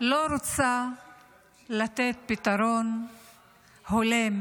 לא רוצה לתת פתרון הולם,